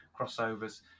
crossovers